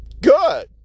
good